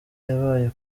yabaye